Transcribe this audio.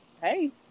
Hey